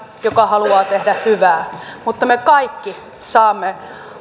joka haluaa tehdä hyvää mutta me kaikki saamme